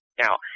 Now